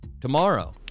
tomorrow